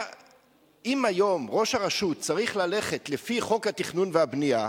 אם היום ראש הרשות צריך ללכת לפי חוק התכנון והבנייה,